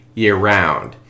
year-round